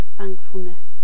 thankfulness